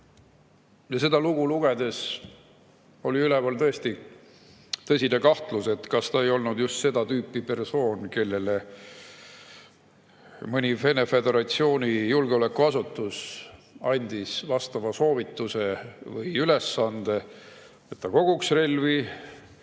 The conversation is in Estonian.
Seda lugu lugedes oli üleval tõsine kahtlus, kas ta ei ole just seda tüüpi persoon, kellele mõni Venemaa Föderatsiooni julgeolekuasutus on andnud vastava soovituse või ülesande, et ta koguks relvi